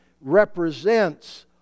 represents